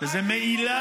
לא מראים לא את זה,